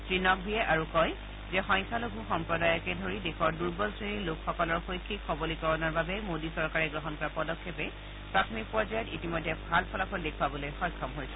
শ্ৰীনকভীয়ে আৰু কয় যে সংখ্যালঘু সম্প্ৰদায়কে ধৰি দেশৰ দুৰ্বল শ্ৰেণীৰ লোকসকলৰ শৈক্ষিক সৱলীকৰণৰ বাবে মোডী চৰকাৰে গ্ৰহণ কৰা পদক্ষেপে প্ৰাথমিক পৰ্যায়ত ইতিমধ্যে ফলাফল দেখুৱাবলৈ সক্ষম হৈছে